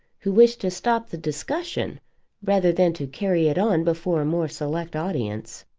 who wished to stop the discussion rather than to carry it on before a more select audience.